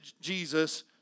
Jesus